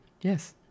Yes